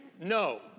No